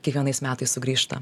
kiekvienais metais sugrįžta